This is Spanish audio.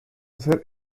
hacer